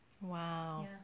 Wow